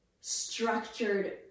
structured